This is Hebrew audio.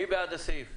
מי בעד?